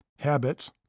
Habits